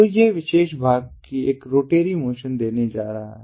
तो यह इस विशेष भाग की एक रोटरी मोशन देने जा रहा है